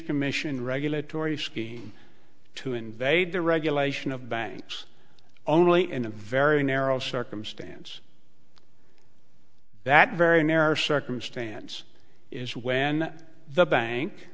commission regulatory scheme to invade the regulation of banks only in a very narrow circumstance that very narrow circumstance is when the bank